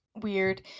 weird